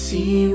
See